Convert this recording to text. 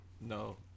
No